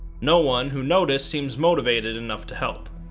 no one who noticed seems motivated enough to help.